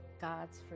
God's